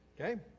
okay